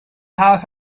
have